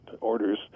orders